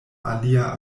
alia